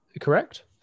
correct